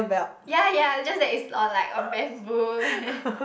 ya ya just like it's on like a bamboo